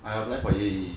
I apply for A and E